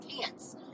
pants